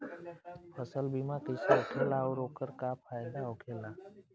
फसल बीमा कइसे होखेला आऊर ओकर का फाइदा होखेला?